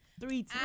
three